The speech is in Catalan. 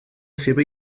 seva